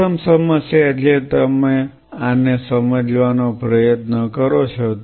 પ્રથમ સમસ્યા જે તમે આને સમજવાનો પ્રયત્ન કરો છો